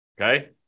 Okay